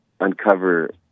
uncover